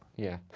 yeah.